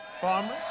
Farmers